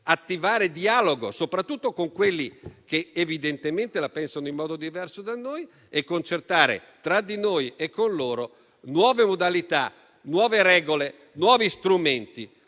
attivare dialogo soprattutto con quelli che evidentemente la pensano in modo diverso da noi. Dobbiamo poi concertare tra di noi e con loro nuove modalità, nuove regole e nuovi strumenti